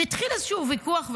התחיל איזשהו ויכוח וכאלה.